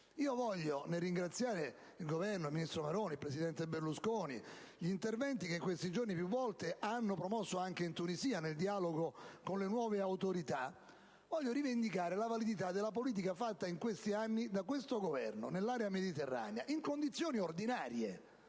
banchi. Nel ringraziare il Governo, il ministro Maroni e il presidente Berlusconi per gli interventi che in questi giorni hanno promosso anche in Tunisia, nel dialogo con le nuove autorità, voglio rivendicare la validità della politica attuata in questi anni da questo Governo nell'area mediterranea in condizioni ordinarie.